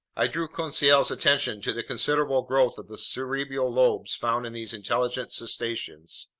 i drew conseil's attention to the considerable growth of the cerebral lobes found in these intelligent cetaceans.